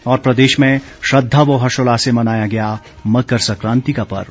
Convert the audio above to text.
और प्रदेश में श्रद्धा व हर्षोल्लास से मनाया गया मकर सक्रांति का पर्व